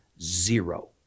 zero